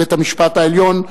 העליון,